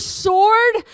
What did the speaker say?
sword